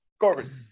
Corbin